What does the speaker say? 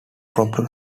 problem